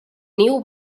niu